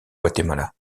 guatemala